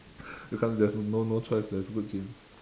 you can't there's no no choice there's good genes